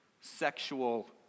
sexual